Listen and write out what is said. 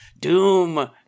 Doom